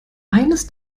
eines